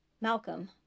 Malcolm